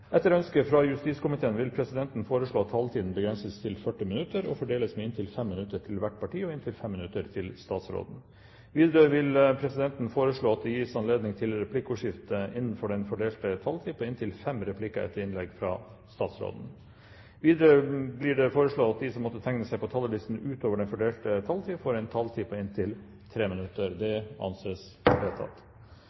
Etter ønske fra justiskomiteen vil presidenten foreslå at taletiden begrenses til 40 minutter og fordeles med inntil 5 minutter til hvert parti og inntil 5 minutter til statsråden. Videre vil presidenten foreslå at det gis anledning til replikkordskifte på inntil fem replikker med svar etter innlegget fra statsråden innenfor den fordelte taletiden. Videre blir det foreslått at de som måtte tegne seg på talerlisten utover den fordelte taletid, får en taletid på inntil 3 minutter. – Det